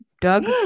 Doug